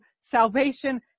salvation